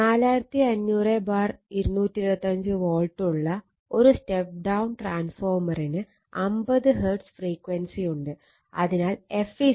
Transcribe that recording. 4500 225 volt ഉള്ള ഒരു step down ട്രാൻസ്ഫോർമറിന് 50 Hz ഫ്രീക്വൻസി ഉണ്ട്